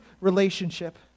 relationship